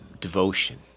devotion